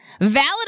Valid